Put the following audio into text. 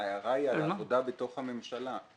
ההערה היא על העבודה בתוך הממשלה.